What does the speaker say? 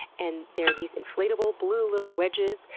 and they are these inflatable blue little wedges,